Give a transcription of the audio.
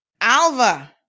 Alva